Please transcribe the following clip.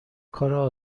کار